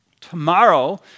tomorrow